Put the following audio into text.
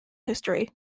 history